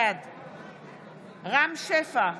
בעד רם שפע,